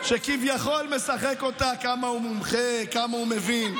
שכביכול משחק אותה כמה הוא מומחה, כמה הוא מבין,